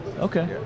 Okay